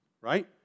Right